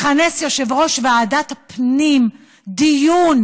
מכנס יושב-ראש ועדת הפנים דיון,